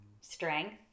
strength